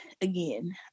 again